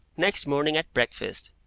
next morning at breakfast,